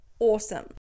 awesome